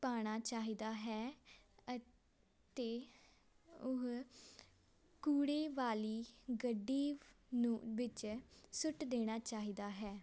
ਪਾਉਣਾ ਚਾਹੀਦਾ ਹੈ ਅਤੇ ਉਹ ਕੂੜੇ ਵਾਲੀ ਗੱਡੀ ਨੂੰ ਵਿੱਚ ਸੁੱਟ ਦੇਣਾ ਚਾਹੀਦਾ ਹੈ